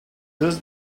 does